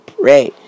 pray